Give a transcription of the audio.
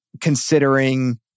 considering